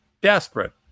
Desperate